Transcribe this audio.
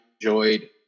enjoyed